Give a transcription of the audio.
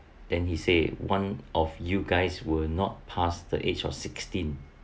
then he say one of you guys will not pass the age of sixteen